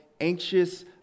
Anxious